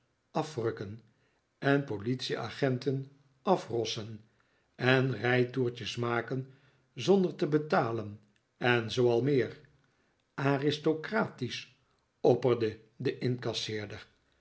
afrukken en politieagenten afrossen en rijtoertjes maken zonder te betalen en zoo al meer aristocratisch opperde de